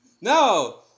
No